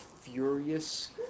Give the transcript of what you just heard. furious